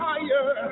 Higher